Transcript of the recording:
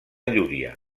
llúria